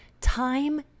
Time